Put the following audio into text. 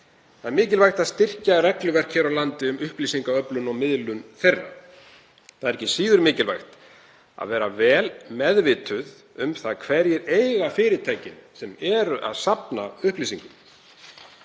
Það er mikilvægt að styrkja regluverk hér á landi um upplýsingaöflun og miðlun upplýsinga. Það er ekki síður mikilvægt að vera vel meðvituð um hverjir eiga fyrirtækin sem safna upplýsingum.